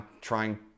trying